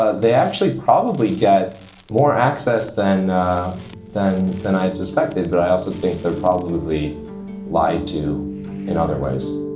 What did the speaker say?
ah they actually probably get more access than than than i suspected but i also think they're probably lied to in other ways